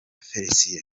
félicien